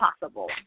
possible